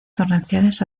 torrenciales